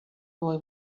boy